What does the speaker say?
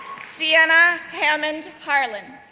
siena hammond harlin,